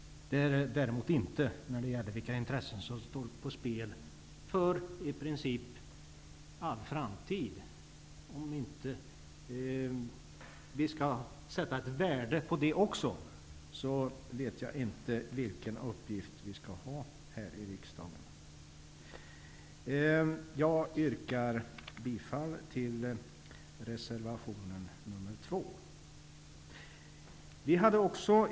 Det är det däremot inte när det gäller vilka intressen som står på spel för i princip all framtid. Om vi inte skall sätta ett värde på det också, vet jag inte vilken uppgift som vi skall här i riksdagen. Jag yrkar bifall till reservation 2.